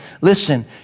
Listen